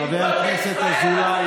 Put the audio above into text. חבר הכנסת אזולאי,